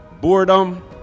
boredom